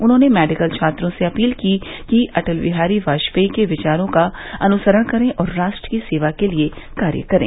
उन्होंने मेडिकल छात्रों से अपील की कि अटल बिहारी वाजपेयी के विचारों का अनुसरण करें और राष्ट्र की सेवा के लिए कार्य करें